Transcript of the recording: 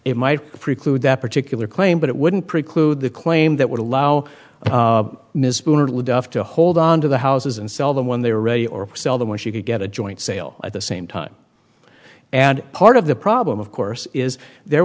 it might preclude that particular claim but it wouldn't preclude the claim that would allow miss le duff to hold onto the houses and sell them when they were ready or sell them when she could get a joint sale at the same time and part of the problem of course is there